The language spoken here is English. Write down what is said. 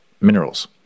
minerals